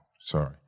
Sorry